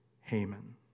Haman